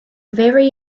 very